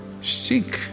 seek